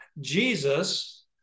Jesus